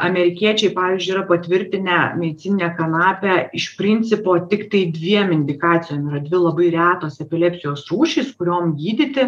amerikiečiai pavyzdžiui yra patvirtinę medicininę kanapę iš principo tiktai dviem indikacijom yra dvi labai retos epilepsijos rūšys kuriom gydyti